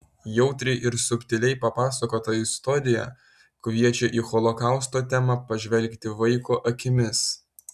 jautriai ir subtiliai papasakota istorija kviečia į holokausto temą pažvelgti vaiko akimis